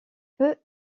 peu